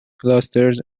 clusters